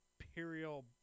Imperial